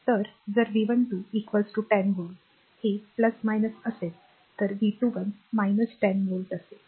तर जर V12 10 volt हे असेल तर V21 10 voltव्होल्ट असेल